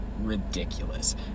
ridiculous